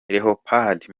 leopold